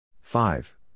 Five